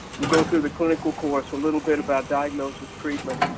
we'll go through the clinical course a little bit about diagnosis, treatment,